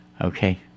Okay